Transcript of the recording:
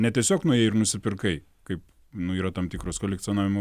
ne tiesiog nuėjai ir nusipirkai kaip nu yra tam tikros kolekcionavimo